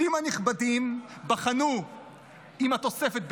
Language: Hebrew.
השופטים הנכבדים בחנו אם התוספת בסדר,